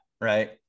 Right